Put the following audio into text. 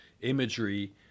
imagery